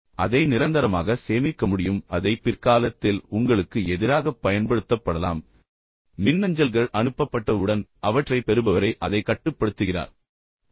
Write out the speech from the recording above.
எனவே அதை நிரந்தரமாக சேமிக்க முடியும் அதை பிற்காலத்தில் உங்களுக்கு எதிராகப் பயன்படுத்தப்படலாம் மேலும் மின்னஞ்சல்கள் அனுப்பப்பட்டவுடன் அவற்றைப் பெறுபவரே அதை கட்டுப்படுத்துகிறார் என்பதையும் நீங்கள் நினைவில் கொள்ள வேண்டும்